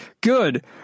Good